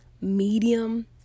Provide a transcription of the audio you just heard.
medium